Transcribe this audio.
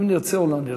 אם נרצה ואם לא נרצה.